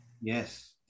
Yes